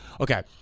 okay